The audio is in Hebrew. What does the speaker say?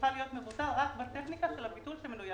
ויוכל להיות מבוטל רק בטכניקה של הביטול שמנויה.